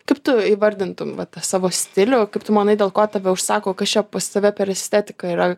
kaip tu įvardintum va tą savo stilių kaip tu manai dėl ko tave užsako kas čia pas tave per estetika yra